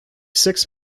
six